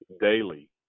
daily